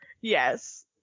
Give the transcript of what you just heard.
Yes